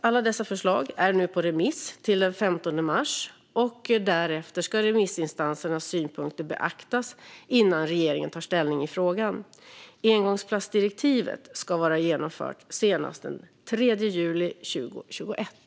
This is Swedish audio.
Alla dessa förslag är nu på remiss till den 15 mars. Därefter ska remissinstansernas synpunkter beaktas innan regeringen tar ställning i frågan. Engångsplastdirektivet ska vara genomfört senast den 3 juli 2021.